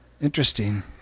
interesting